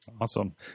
Awesome